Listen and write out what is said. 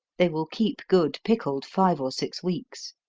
they will keep good pickled five or six weeks.